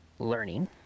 learning